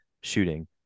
shooting